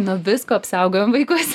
nuo visko apsaugojam vaikus